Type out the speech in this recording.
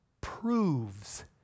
proves